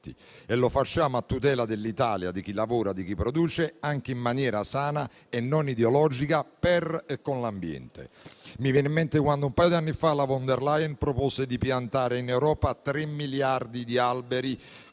e lo facciamo a tutela dell'Italia, di chi lavora, di chi produce in maniera sana e non ideologica, per e con l'ambiente. Mi viene in mente quando, un paio d'anni fa, la von der Leyen proposte di piantare in Europa tre miliardi di alberi